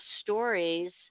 stories